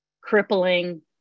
crippling